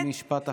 משפט אחרון.